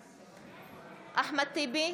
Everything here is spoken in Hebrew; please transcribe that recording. בעד אחמד טיבי,